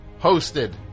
hosted